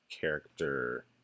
character